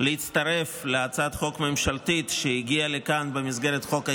להצטרף להצעת חוק ממשלתית שהגיעה לכאן במסגרת חוק ההסדרים,